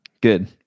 good